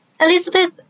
Elizabeth